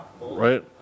Right